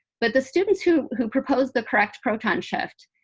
but the students who who proposed the correct proton shift,